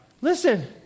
Listen